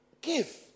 give